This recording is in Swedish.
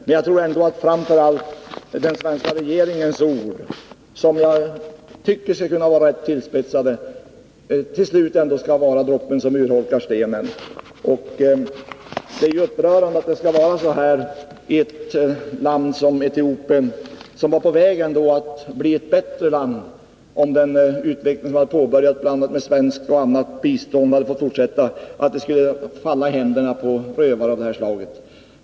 Och jag tror att framför allt den svenska regeringens ord, som jag tycker kan vara rätt tillspetsade, till slut skall vara droppen som urholkar stenen. Det är ju upprörande att det skall vara så här i ett land som Etiopien — som ändå var på väg att bli ett bättre land genom den utveckling som hade påbörjats med svenskt och annat bistånd - att det skulle falla i händerna på rövare av det här slaget.